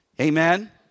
Amen